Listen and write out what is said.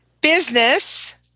business